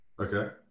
Okay